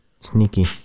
Sneaky